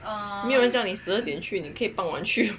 没有人叫你十二点去你可以傍晚去